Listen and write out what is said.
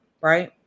right